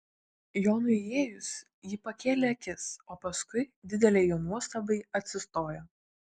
jonui įėjus ji pakėlė akis o paskui didelei jo nuostabai atsistojo